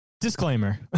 Disclaimer